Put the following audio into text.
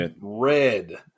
red